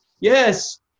yes